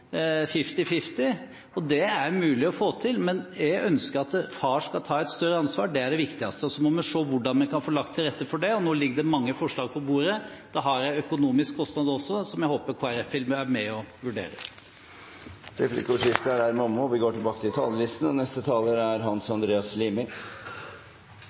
god: fifty–fifty. Det er mulig å få til. Men jeg ønsker at far skal ta et større ansvar, og det er det viktigste. Så må vi se hvordan vi kan få lagt til rette for det. Nå ligger det mange forslag på bordet, men det har en økonomisk kostnad, som jeg håper Kristelig Folkeparti vil være med og vurdere. Den 11. september gikk det norske folk til valglokalene og